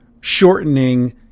shortening